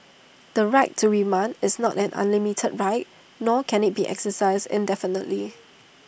the right to remand is not an unlimited right nor can IT be exercised indefinitely